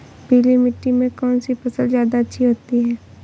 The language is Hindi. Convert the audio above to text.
पीली मिट्टी में कौन सी फसल ज्यादा अच्छी होती है?